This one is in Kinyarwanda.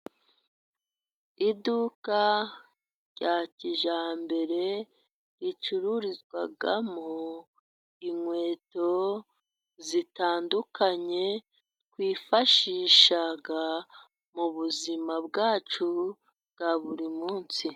Iduka rya kijyambere ricururizwamo inkweto zitandukanye twifashisha mubuzima bwacu bwa buri munsi.